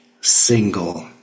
single